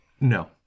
No